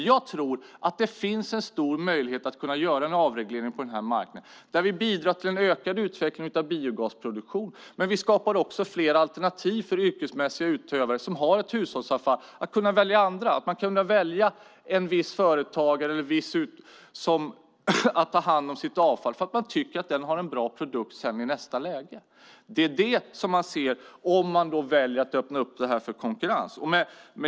Jag tror att det finns en stor möjlighet att göra en avreglering på den här marknaden där vi bidrar till en ökad utveckling av biogasproduktion och även skapar fler alternativ för yrkesmässiga utövare som har ett hushållsavfall att kunna välja ett visst företag som tar hand om avfallet, just för att det företaget har en bra produkt i nästa läge. Det är det man ser om man väljer att öppna upp för konkurrens.